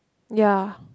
ya